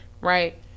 right